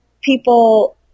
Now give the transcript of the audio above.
people